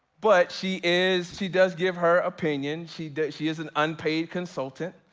but she is, she does give her opinion, she she is an unpaid consultant.